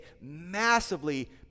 massively